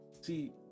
see